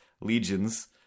legions